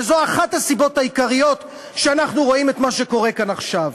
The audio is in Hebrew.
וזו אחת הסיבות העיקריות לכך שאנחנו רואים את מה שקורה כאן עכשיו.